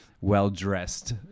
well-dressed